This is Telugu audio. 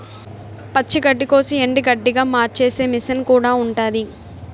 పచ్చి గడ్డికోసి ఎండుగడ్డిగా మార్చేసే మిసన్ కూడా ఉంటాది